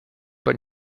but